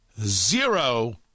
zero